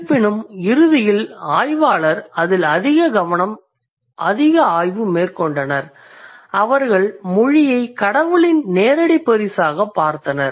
இருப்பினும் இறுதியில் ஆய்வாளர் அதில் அதிக ஆய்வு மேற்கொண்டனர் அவர்கள் மொழியை கடவுளின் நேரடி பரிசாகப் பார்த்தனர்